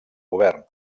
govern